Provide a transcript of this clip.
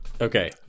Okay